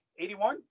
81